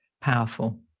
powerful